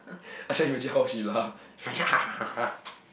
I try imagine how she laugh